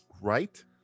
right